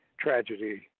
tragedy